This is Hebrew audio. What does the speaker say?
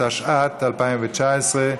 התשע"ט 2019,